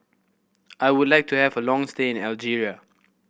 I would like to have a long stay in Algeria